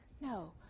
No